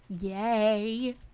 Yay